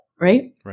right